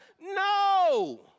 No